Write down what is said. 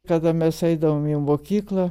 kada mes eidavom į mokyklą